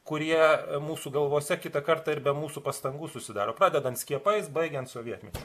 kurie mūsų galvose kitą kartą ir be mūsų pastangų susidaro pradedant skiepais baigiant sovietmečiu